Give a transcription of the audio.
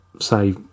say